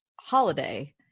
holiday